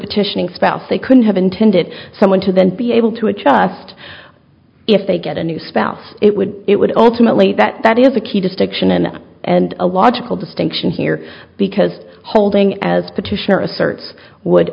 petitioning spouse they couldn't have intended someone to then be able to adjust if they get a new spouse it would it would ultimately that that is a key distinction in and a logical distinction here because holding as